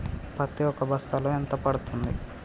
పత్తి ఒక బస్తాలో ఎంత పడ్తుంది?